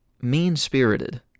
mean-spirited